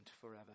forever